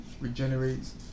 regenerates